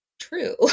true